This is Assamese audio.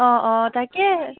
অঁ অঁ তাকে